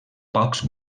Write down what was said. pocs